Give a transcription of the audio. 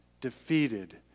defeated